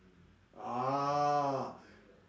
ah